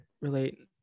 relate